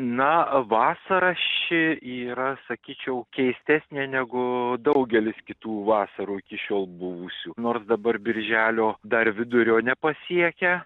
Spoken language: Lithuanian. na vasara ši yra sakyčiau keistesnė negu daugelis kitų vasarų iki šiol buvusių nors dabar birželio dar vidurio nepasiekia